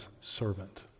servant